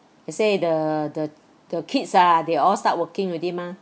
I say the the the kids ah they all start working already mah